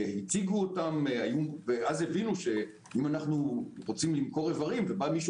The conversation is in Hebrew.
אז הבינו שאם אנחנו רוצים למכור איברים ובא מישהו